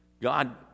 God